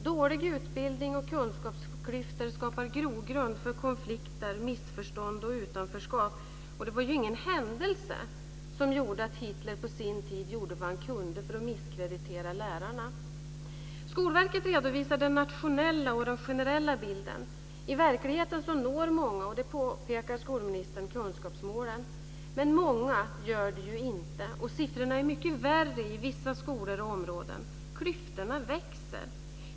Dålig utbildning och kunskapsklyftor skapar grogrund för konflikter, missförstånd och utanförskap, och det var ju ingen händelse som gjorde att Hitler på sin tid gjorde vad han kunde för att misskreditera lärarna. Skolverket redovisar den nationella och den generella bilden. I verkligheten når många, och det påpekar skolministern, kunskapsmålen. Men många gör det ju inte, och siffrorna är mycket värre i vissa skolor och områden. Klyftorna växer.